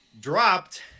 dropped